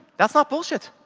that's not bullshit,